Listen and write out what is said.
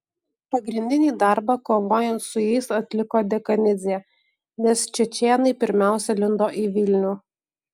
pagrindinį darbą kovojant su jais atliko dekanidzė nes čečėnai pirmiausia lindo į vilnių